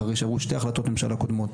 אחרי שעברו שתי החלטות ממשלה קודמות,